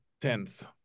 tenth